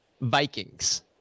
Vikings